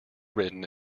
written